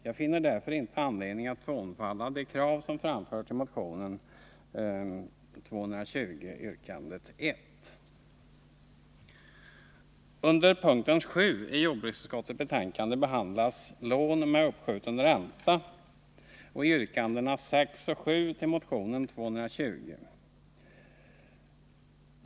Jag finner därför inte anledning att frånfalla de krav som framförts i motion 220, yrkande 1. Under punkt 7 i jordbruksutskottets betänkande behandlas Lån med uppskjuten ränta och yrkandena 6 och 7 i motion 220.